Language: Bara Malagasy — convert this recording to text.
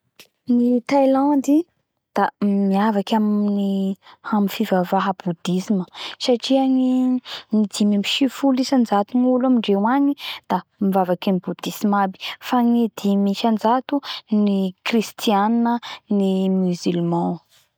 Ny thailande da miavaky amin ny amin ny Fivavaha Boudisme satria ny dimy amby sivy folo isanjato gnolo amindreo agny da mivavaky amin ny Boudisme aby fa ny dimy isanjato ny Kristiana, ny Musulman.